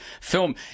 film